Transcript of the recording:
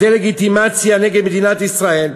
הדה-לגיטימציה נגד מדינת ישראל,